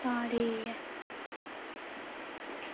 तां ठीक ऐ